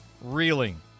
reeling